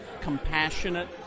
compassionate